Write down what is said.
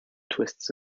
twists